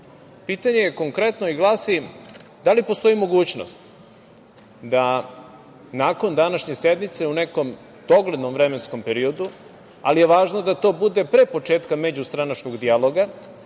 Pitanje, konkretno, glasi – da li postoji mogućnost da, nakon današnje sednice, u nekom doglednom vremenskom periodu, ali je važno da to bude pre početka međustranačkog dijaloga,